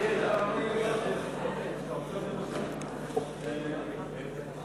ההצעה להעביר את הצעת חוק יסודות התקציב (תיקון,